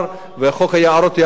וחוק היערות יעבור,